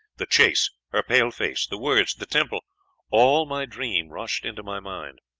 the chase, her pale face, the words, the temple all my dream rushed into my mind.